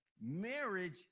marriage